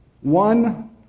one